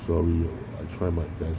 sorry I try my best